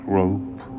rope